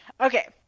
Okay